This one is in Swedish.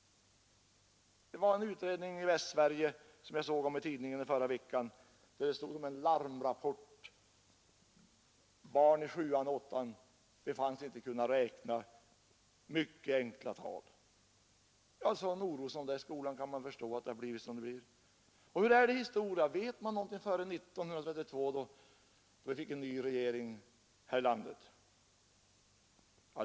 En utredning i Västsverige, som jag läste om i tidningen i förra veckan, har kommit med vad som kallats en larmrapport. Barn i sjuan och åttan befanns inte kunna räkna mycket enkla tal. Ja, sådan oro som det är i skolan kan man förstå att det har blivit som det blivit. Och hur är det i historia? Vet man något om tiden före 1932 då vi fick en ny regering här i landet?